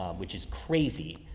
which is crazy.